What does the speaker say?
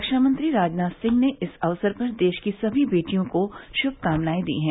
रक्षामंत्री राजनाथ सिंह ने इस अवसर पर देश की सभी बेटियों को शुभकामनाएं दी हैं